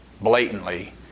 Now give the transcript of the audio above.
blatantly